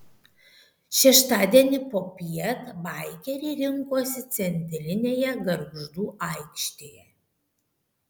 šeštadienį popiet baikeriai rinkosi centrinėje gargždų aikštėje